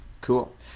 Cool